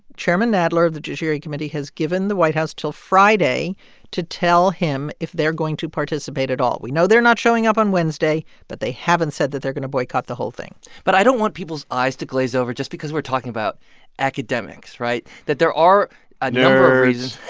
chairman nadler of the judiciary committee has given the white house till friday to tell him if they're going to participate at all. we know they're not showing up on wednesday, but they haven't said that they're going to boycott the whole thing but i don't want people's eyes to glaze over just because we're talking about academics right? that there are a number